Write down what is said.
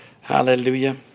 Hallelujah